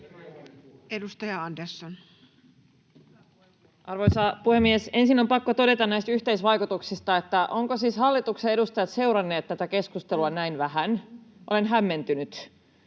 15:58 Content: Arvoisa puhemies! Ensin on pakko todeta näistä yhteisvaikutuksista, että ovatko siis hallituksen edustajat seuranneet tätä keskustelua näin vähän, olen hämmentynyt.